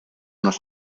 nos